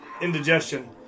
indigestion